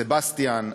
סבסטיאן,